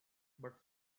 but